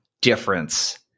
difference